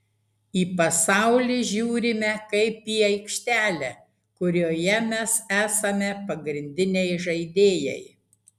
į pasaulį žiūrime kaip į aikštelę kurioje mes esame pagrindiniai žaidėjai